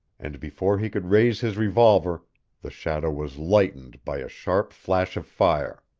and before he could raise his revolver the shadow was lightened by a sharp flash of fire.